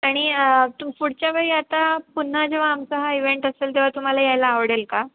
आणि तुम पुढच्या वेळी आता पुन्हा जेव्हा आमचा हा इवेंट असेल तेव्हा तुम्हाला यायला आवडेल का